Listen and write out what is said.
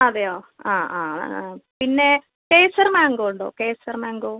അതേയോ ആ ആ ആ പിന്നെ കേസർ മാംഗോ ഉണ്ടോ കേസർ മാംഗോ